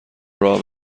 راه